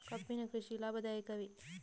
ಕಬ್ಬಿನ ಕೃಷಿ ಲಾಭದಾಯಕವೇ?